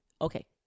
okay